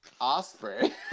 Osprey